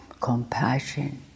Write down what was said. compassion